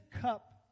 cup